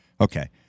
Okay